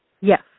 Yes